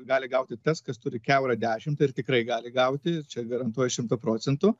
gali gauti tas kas turi kiaurą dešimt ir tikrai gali gauti čia garantuoju šimtu procentų